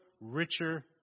richer